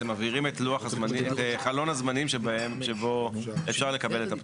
מבהירים את חלון הזמנים שבו אפשר לקבל את הפטור.